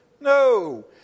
No